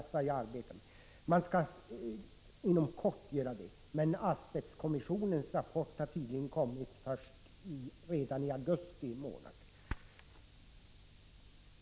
Det skall visserligen ske inom kort, men asbestkommissionens rapport framlades tydligen redan i augusti månad.